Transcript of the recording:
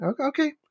okay